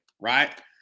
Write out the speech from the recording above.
right